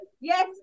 Yes